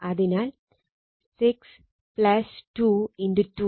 അതിനാൽ 622